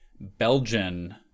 Belgian